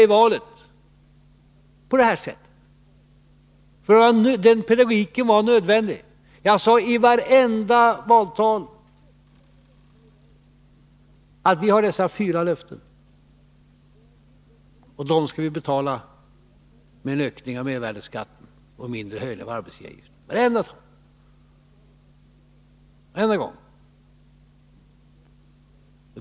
I vartenda valtal sade jag — och den pedagogiken var nödvändig -— att vi har dessa fyra löften, och dem skall vi klara med en ökning av mervärdeskatten och en mindre höjning av arbetsgivaravgiften.